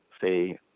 say